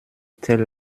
telle